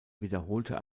wiederholte